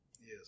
Yes